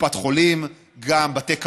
קופת חולים, גם בתי קפה,